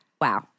Wow